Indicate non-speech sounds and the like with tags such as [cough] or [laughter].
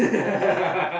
[laughs]